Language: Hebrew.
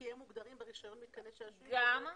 כי הם מוגדרים ברישיון מתקני שעשועים --- גם,